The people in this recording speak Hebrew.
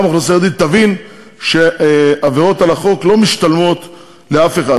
גם האוכלוסייה היהודית תבין שעבירות על החוק לא משתלמות לאף אחד,